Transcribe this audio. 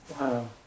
Wow